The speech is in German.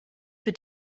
für